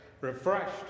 refreshed